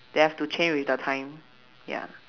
they have to change with the time ya